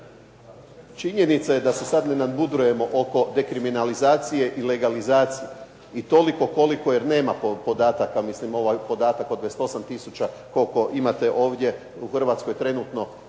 činjenica je da se sad ne nadmudrujemo oko dekriminalizacije i legalizacije i toliko koliko jer nema podataka, mislim ovaj podatak od 28 tisuća koliko imate ovdje u Hrvatskoj trenutno